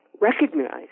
recognized